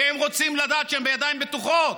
והם רוצים לדעת שהם בידיים בטוחות.